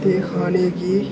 ते खाने गी